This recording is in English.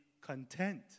content